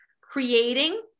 creating